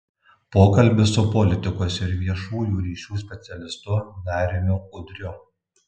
pokalbis su politikos ir viešųjų ryšių specialistu dariumi udriu